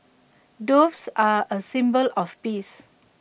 doves are A symbol of peace